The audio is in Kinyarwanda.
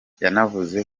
yanavuze